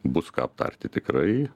bus ką aptarti tikrai